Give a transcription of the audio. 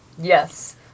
Yes